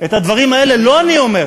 את הדברים האלה לא אני אומר,